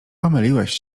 pomyliłeś